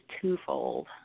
twofold